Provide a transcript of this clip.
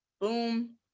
Boom